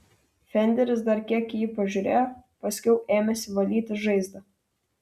fenderis dar kiek į jį pažiūrėjo paskiau ėmėsi valyti žaizdą